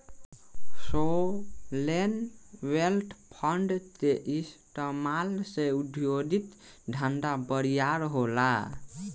sovereign wealth fund के इस्तमाल से उद्योगिक धंधा बरियार होला